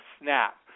snap